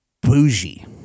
bougie